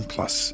Plus